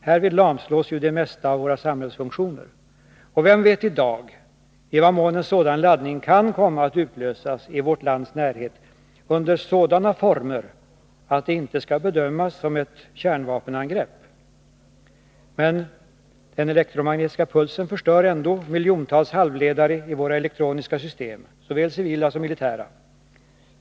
Härvid lamslås ju det mesta av våra samhällsfunktioner. Vem vet i dag i vad mån en sådan laddning kan komma att utlösas i vårt lands närhet under sådana former att det inte skall bedömas som ett kärnvapenangrepp? Men EMP förstör ändå miljontals halvledare i våra elektroniska system — såväl civila som militära.